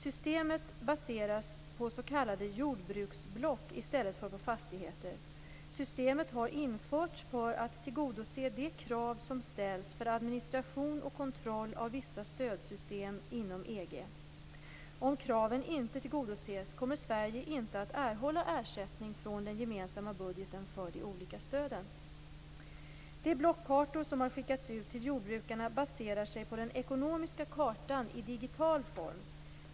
Systemet baseras på s.k. jordbruksblock i stället för på fastigheter. Systemet har införts för att tillgodose de krav som ställs för administration och kontroll av vissa stödsystem inom EG. Om kraven inte tillgodoses kommer Sverige inte att erhålla ersättning från den gemensamma budgeten för de olika stöden. De blockkartor som har skickats ut till jordbrukarna baserar sig på den ekonomiska kartan i digital form.